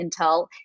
Intel